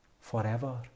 forever